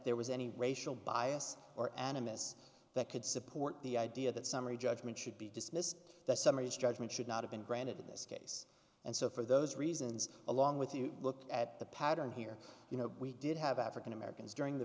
there was any racial bias or animus that could support the idea that summary judgment should be dismissed the summary judgment should not have been granted in this case and so for those reasons along with you look at the pattern here you know we did have african americans